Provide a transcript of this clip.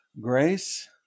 grace